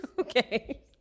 okay